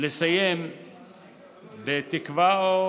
לסיים בתקווה: